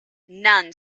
none